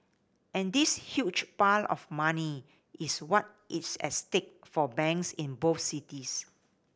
and this huge pile of money is what is at stake for banks in both cities